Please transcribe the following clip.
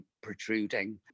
protruding